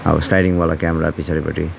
अब स्लाइडिङ वाला क्यामरा पछाडिपट्टि